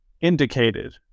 indicated